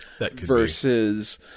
versus